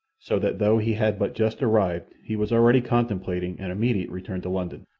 so that though he had but just arrived he was already contemplating an immediate return to london.